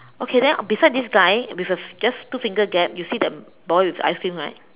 okay then beside this guy with a just two finger gap you see the boy with the ice cream right